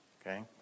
Okay